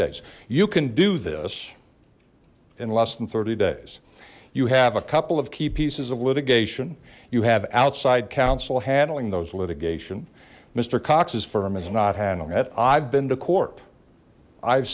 days you can do this in less than thirty days you have a couple of key pieces of litigation you have outside counsel handling those litigation mister cox's firm is not handling that i've been to court i've